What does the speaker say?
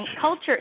culture